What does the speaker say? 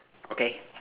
okay